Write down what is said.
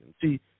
See